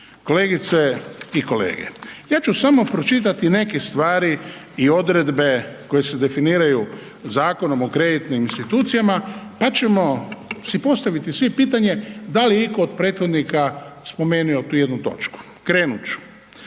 kolegice i kolege ja ću samo pročitati neke stvari i odredbe koje se definiraju Zakonom o kreditnim institucijama, pa ćemo si postaviti svi pitanje da li je itko od prethodnika spomenuo tu jednu točku. Krenut